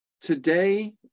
today